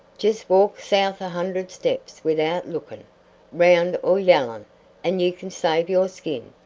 just walk south a hundred steps without lookin' round er yellin and you kin save your skin.